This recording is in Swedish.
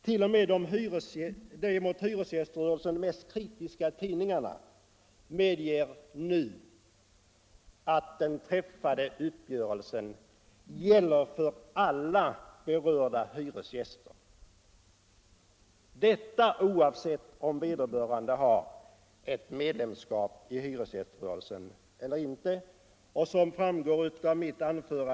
T. o. m. de mot hyresgäströrelsen mest kritiska tidningarna medger nu att den träffade uppgörelsen gäller för alla berörda hyresgäster oavsett om vederbörande är medlem i hyresgäströrelsen eller inte.